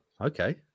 okay